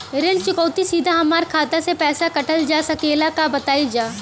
ऋण चुकौती सीधा हमार खाता से पैसा कटल जा सकेला का बताई जा?